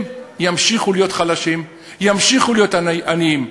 הם ימשיכו להיות חלשים, ימשיכו להיות עניים.